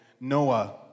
Noah